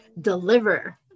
deliver